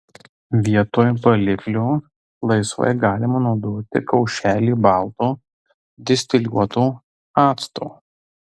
vietoj baliklio laisvai galima naudoti kaušelį balto distiliuoto acto